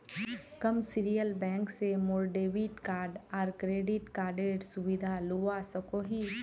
commercial bank से मोर debit card आर क्रेडिट कार्डेर सुविधा लुआ सकोही